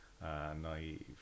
naive